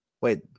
wait